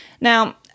Now